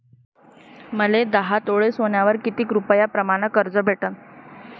मले दहा तोळे सोन्यावर कितीक रुपया प्रमाण कर्ज भेटन?